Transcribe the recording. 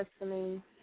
listening